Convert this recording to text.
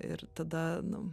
ir tada nu